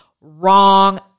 Wrong